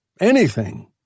Anything